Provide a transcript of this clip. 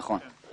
נכון.